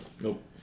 Nope